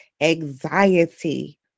anxiety